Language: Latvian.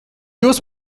jūs